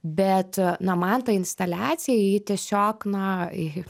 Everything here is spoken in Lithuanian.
bet na man ta instaliacija ji tiesiog na ji